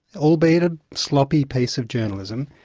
albeit a sloppy piece of journalism,